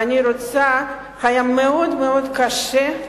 והיה מאוד מאוד קשה.